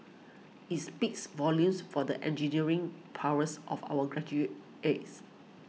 it speaks volumes for the engineering prowess of our graduates